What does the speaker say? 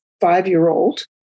five-year-old